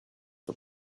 the